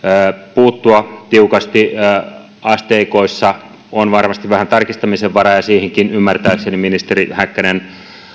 puuttua tiukasti asteikoissa on varmasti vähän tarkistamisen varaa ja siihenkin ymmärtääkseni ministeri häkkänen